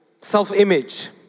self-image